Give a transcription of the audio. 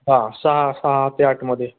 हा सहा सहा ते आठमध्ये